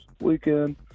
weekend